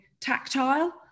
tactile